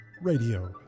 Radio